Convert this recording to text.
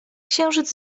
księżyc